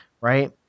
right